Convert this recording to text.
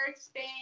Spain